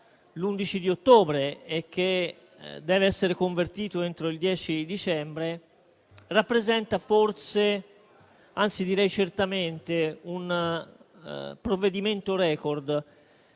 l'11 ottobre e che deve essere convertito entro il 10 dicembre, rappresenta forse - anzi direi certamente - un provvedimento *record*.